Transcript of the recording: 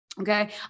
Okay